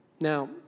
Now